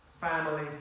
family